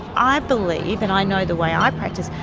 i believe and i know the way i practice,